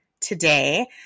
today